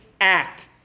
act